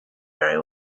very